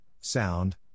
sound